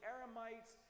Aramites